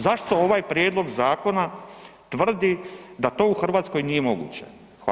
Zašto ovaj prijedlog zakona tvrdi da to u Hrvatskoj nije moguće?